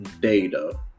data